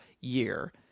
year